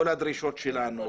כל הדרישות שלנו,